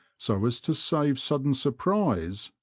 so as to save sudden surprise,